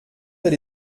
elle